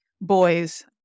boys